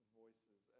voices